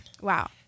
Wow